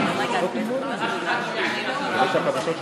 אי-אפשר לעשות פינג-פונג,